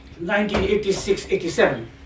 1986-87